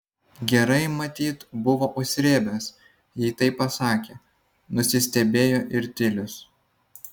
gerai matyt buvo užsrėbęs jei taip pasakė nusistebėjo ir tilius